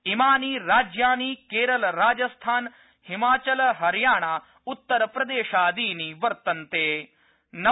इमानि राज्यानि केरल राजस्थान हिमाचल हरियाणा उत्तर प्रदेशादीनि वर्तन्ते